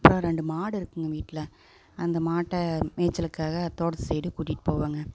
அப்புறம் ரெண்டு மாடு இருக்குதுங்க வீட்டில் அந்த மாட்டை மேய்ச்சலுக்காக தோட்டத்து சைடு கூட்டிட்டு போவேன்ங்க